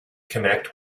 connect